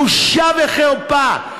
בושה וחרפה.